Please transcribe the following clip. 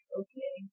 okay